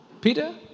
Peter